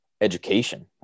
education